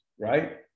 Right